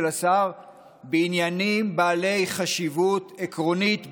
השר בעניינים בעלי חשיבות עקרונית בלבד,